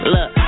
Look